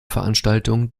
veranstaltung